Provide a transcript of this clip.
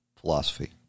philosophy